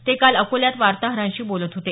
ते काल अकोल्यात वार्ताहरांशी बोलत होते